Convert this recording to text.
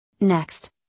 Next